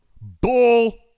bull